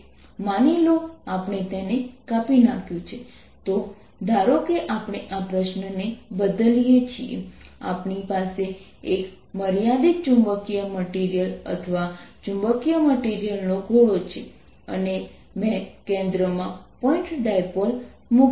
Minduced∝ B માની લો આપણે તેને કાપી નાખ્યું છે તો ધારો કે આપણે આ પ્રશ્નને બદલીએ છીએ આપણી પાસે એક મર્યાદિત ચુંબકીય મટીરીયલ અથવા ચુંબકીય મટીરીયલનો ગોળો છે અને મેં કેન્દ્રમાં પોઇન્ટ ડાયપોલ મૂક્યું છે